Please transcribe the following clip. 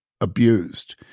abused